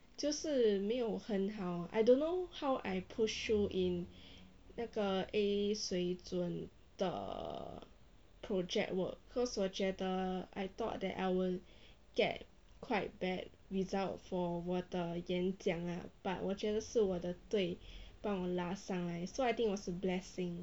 就是没有很好 I don't know how I push through in 那个 a 水准的 project work cause 我觉得 I thought that I will get quite bad result for 我的演讲 ah but 我觉得是我的队把我拉上来 so I think was a blessing